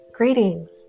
Greetings